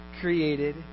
created